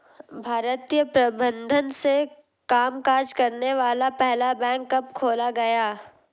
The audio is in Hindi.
भारतीय प्रबंधन से कामकाज करने वाला पहला बैंक कब खोला गया?